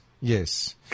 yes